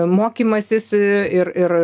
mokymasis ir ir